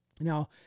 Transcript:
Now